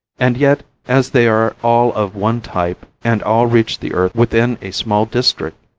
and yet, as they are all of one type and all reached the earth within a small district,